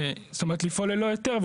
זאת אומרת לפעול ללא היתר.